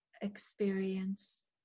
experience